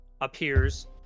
appears